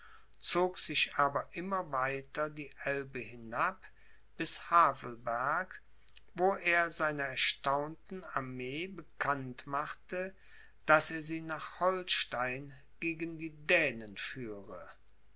zog sich aber immer weiter die elbe hinab bis havelberg wo er seiner erstaunten armee bekannt machte daß er sie nach holstein gegen die dänen führe